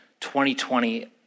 2020